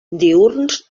diürns